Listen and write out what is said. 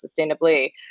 sustainably